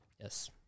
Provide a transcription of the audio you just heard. yes